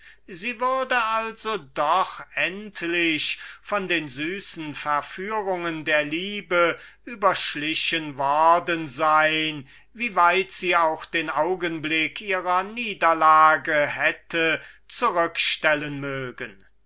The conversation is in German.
sie würde also endlich doch von den süßen verführungen der liebe überschlichen worden sein so weit sie auch den augenblick ihrer niederlage hätte zurückstellen mögen